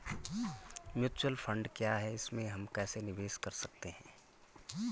Mutual fund क्या है इसमें हम कैसे निवेश कर सकते हैं?